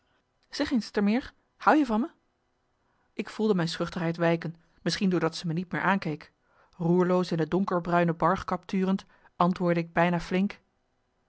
zeg eens termeer hou je van me ik voelde mijn schuchterheid wijken misschien doordat zij me niet meer aankeek roerloos in de donker bruine bargkap turend antwoordde ik bijna flink